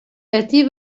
әти